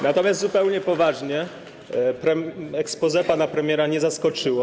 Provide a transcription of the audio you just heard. Natomiast zupełnie poważnie, to exposé pana premiera nie zaskoczyło.